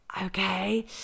okay